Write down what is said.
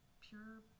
pure